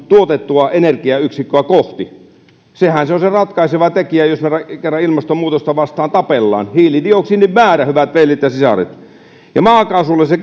tuotettua energiayksikköä kohti sehän se on se ratkaiseva tekijä jos me kerran ilmastonmuutosta vastaan tappelemme hiilidioksidin määrä hyvät veljet ja sisaret ja maakaasulle se